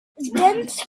dense